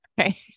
Okay